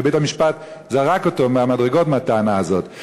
ובית-המשפט זרק אותו מהמדרגות מהטענה הזאת.